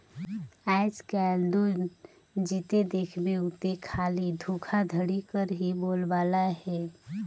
आएज काएल दो जिते देखबे उते खाली धोखाघड़ी कर ही बोलबाला अहे